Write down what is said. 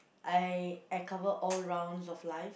I I cover all rounds of life